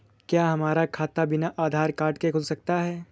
क्या हमारा खाता बिना आधार कार्ड के खुल सकता है?